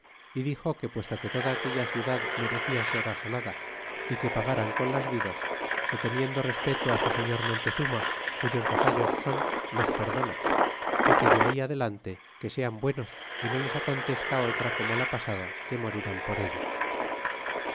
y dixo que puesto que toda aquella ciudad merecia ser asolada y que pagaran con las vidas que teniendo respeto á su señor montezuma cuyos vasallos son los perdona ó que de ahí adelante que sean buenos é no les acontezca otra como la pasada que morirán por ello